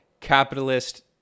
capitalist